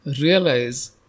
realize